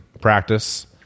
practice